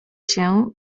się